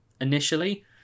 initially